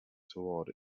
toward